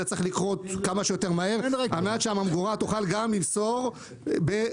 זה צריך לקרות כמה שיותר מהר כדי שהממגורה תוכל גם למסור ברכבת.